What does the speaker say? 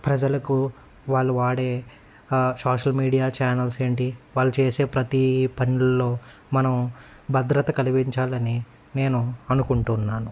ప్రజలకు వాళ్ళు వాడే సోషల్ మీడియా ఛానల్స్ ఏంటి వాళ్ళు చేసే ప్రతీ పనుల్లో మనం భద్రత కలిగించాలని నేను అనుకుంటున్నాను